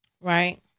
Right